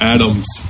Adam's